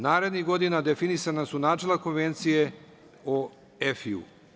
Narednih godina definisana su načela Konvencije o „EFI-ju“